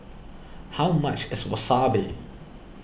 how much is Wasabi